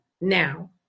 now